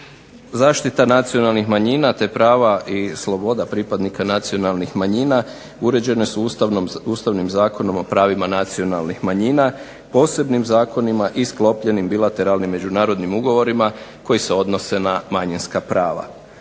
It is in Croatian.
Zaštita nacionalnih manjina, te prava i sloboda pripadnika nacionalnih manjina uređene su Ustavnim zakonom o pravima nacionalnih manjina, posebnim zakonima i sklopljenim bilateralnim međunarodnim ugovorima koji se odnose na manjinska prava.